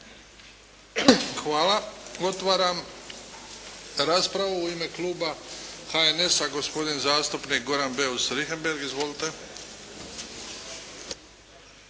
Hvala. Otvaram raspravu u ime Kluba HNS-a gospodin zastupnik Goran Beus-Richembergh. Izvolite.